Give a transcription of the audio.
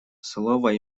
слово